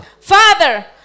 Father